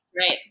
Right